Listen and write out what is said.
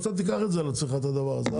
אתה תיקח על עצמך את הדבר הזה,